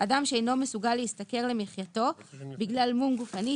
אדם שאינו מסוגל להשתכר למחייתו בגלל מום גופני,